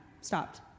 Stopped